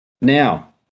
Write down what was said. Now